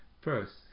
First